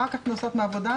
רק הכנסות מעבודה,